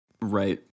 Right